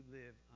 live